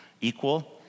equal